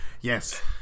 Yes